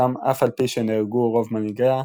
שם אף על פי שנהרגו רוב מנהיגיה,